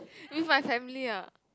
with my family ah